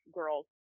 girls